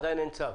עדיין אין צו.